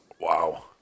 Wow